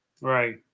Right